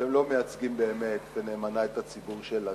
שאתם לא מייצגים באמת, נאמנה, את הציבור שלכם,